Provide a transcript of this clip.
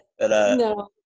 No